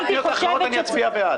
שלגבי הפניות האחרות אני אצביע בעד.